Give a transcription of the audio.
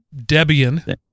Debian